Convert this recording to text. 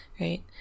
right